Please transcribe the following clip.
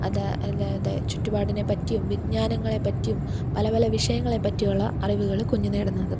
അത് അല്ലാതെ ചുറ്റുപാടിനെപ്പറ്റിയും വിജ്ഞാനങ്ങളെപ്പറ്റിയും പല പല വിഷയങ്ങളെപ്പറ്റിയുള്ള അറിവുകൾ കുഞ്ഞ് നേടുന്നത്